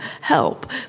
help